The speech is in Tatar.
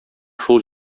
шул